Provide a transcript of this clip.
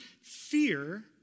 fear